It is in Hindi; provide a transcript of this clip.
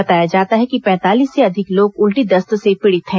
बताया जाता है कि पैंतालीस से अधिक लोग उल्टी दस्त से पीड़ित हैं